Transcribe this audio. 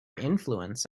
influence